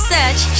Search